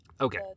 Okay